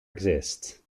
exist